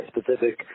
specific